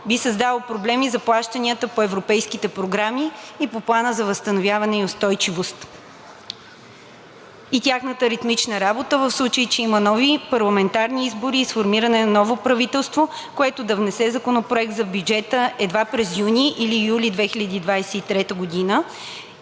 би създало проблеми за плащанията по европейските програми и по Плана за възстановяване и устойчивост и тяхната ритмична работа, в случай че има нови парламентарни избори и сформиране на ново правителство, което да внесе Законопроект за бюджета едва през юни или юли 2023 г,